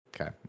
Okay